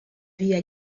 dia